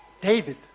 David